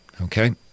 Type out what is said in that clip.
okay